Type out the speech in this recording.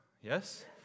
Yes